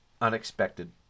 unexpected